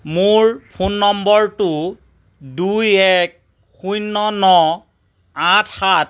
মোৰ ফোন নম্বৰটো দুই এক শূন্য ন আঠ সাত